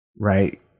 right